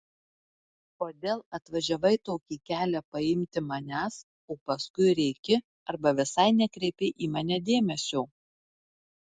kodėl atvažiavai tokį kelią paimti manęs o paskui rėki arba visai nekreipi į mane dėmesio